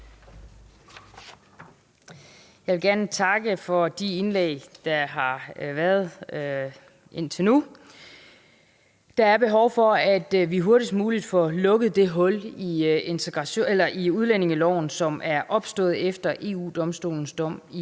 Jeg vil gerne takke for de indlæg, der har været indtil nu. Der er behov for, at vi hurtigst muligt får lukket det hul i udlændingeloven, som er opstået, efter at EU-Domstolens dom i